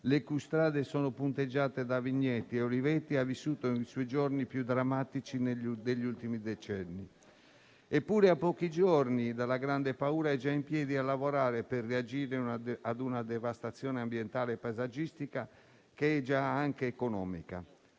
le cui strade sono punteggiate da vigneti e uliveti, ha vissuto i suoi giorni più drammatici degli ultimi decenni. Eppure, a pochi giorni dalla grande paura, è già in piedi a lavorare per reagire a una devastazione ambientale e paesaggistica, che è già anche economica.